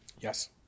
Yes